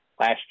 last